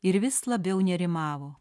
ir vis labiau nerimavo